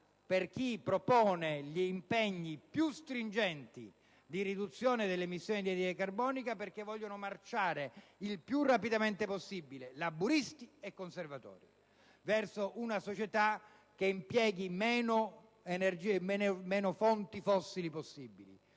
a chi propone gli impegni più stringenti di riduzione delle emissioni di anidride carbonica, perché vogliono marciare il più rapidamente possibile - laburisti e conservatori - verso una società che impieghi meno fonti fossili possibili.